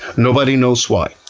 nobody knows why,